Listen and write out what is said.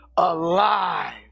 Alive